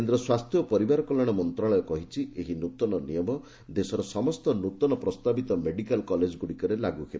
କେନ୍ଦ୍ର ସ୍ୱାସ୍ଥ୍ୟ ଓ ପରିବାର କଲ୍ୟାଣ ମନ୍ତ୍ରଣାଳୟ କହିଛି ଏହି ନ୍ତନ ନିୟମ ଦେଶର ସମସ୍ତ ନ୍ତନ ପ୍ରସ୍ତାବିତ ମେଡିକାଲ୍ କଲେକଗୁଡ଼ିକରେ ଲାଗୁ ହେବ